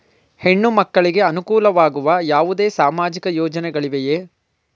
ಹೆಣ್ಣು ಮಕ್ಕಳಿಗೆ ಅನುಕೂಲವಾಗುವ ಯಾವುದೇ ಸಾಮಾಜಿಕ ಯೋಜನೆಗಳಿವೆಯೇ?